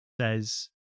says